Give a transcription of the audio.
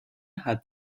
hat